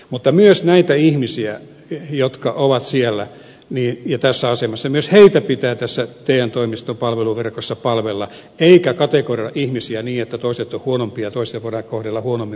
mutta myös näitä ihmisiä jotka ovat siellä ja tässä asemassa pitää tässä te toimistojen palveluverkossa palvella eikä kategorisoida ihmisiä niin että toiset ovat huonompia ja toisia voidaan kohdella huonommin kuin toisia